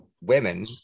women